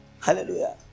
Hallelujah